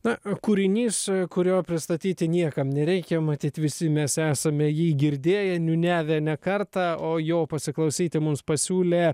na kūrinys kurio pristatyti niekam nereikia matyt visi mes esame jį girdėję niūniavę ne kartą o jo pasiklausyti mums pasiūlė